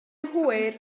hwyr